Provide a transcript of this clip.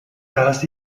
does